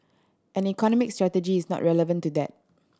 and economic strategy is not relevant to that